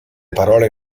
parole